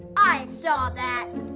i saw that!